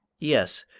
yes,